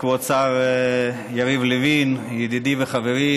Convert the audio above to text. כבוד השר יריב לוין ידידי וחברי,